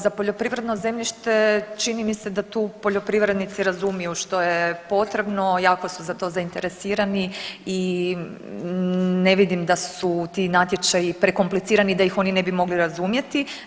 Za poljoprivredno zemljište čini mi se da tu poljoprivrednici razumiju što je potrebno, jako su za to zainteresirani i ne vidim da su ti natječaji prekomplicirani da ih oni ne bi mogli razumjeti.